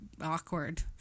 awkward